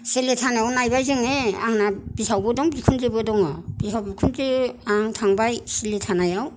सिलि थानायाव नायबाय जोङो आंना बिहावबो दं बिखुनजोबो दङ बिहाव बिखुनजो आं थांबाय सिलि थानायाव